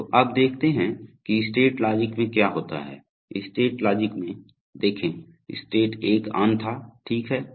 तो अब देखते हैं कि स्टेट लॉजिक में क्या होता है स्टेट लॉजिक में देखें स्टेट 1 ऑन था ठीक हैं